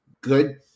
good